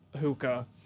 hookah